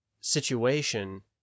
situation